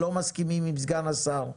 לא מסכימים עם סגן השר.